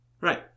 Right